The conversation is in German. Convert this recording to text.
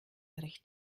recht